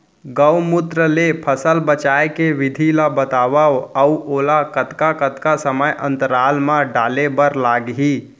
गौमूत्र ले फसल बचाए के विधि ला बतावव अऊ ओला कतका कतका समय अंतराल मा डाले बर लागही?